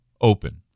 open